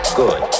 good